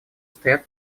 стоят